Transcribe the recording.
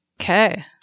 Okay